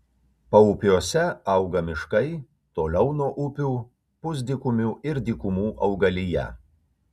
paupiuose auga miškai toliau nuo upių pusdykumių ir dykumų augalija